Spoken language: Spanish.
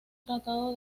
tratado